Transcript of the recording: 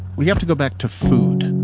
we have to go back to food.